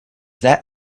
that